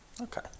Okay